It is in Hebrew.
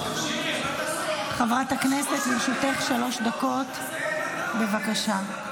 חברת הכנסת, לרשותך שלוש דקות, בבקשה.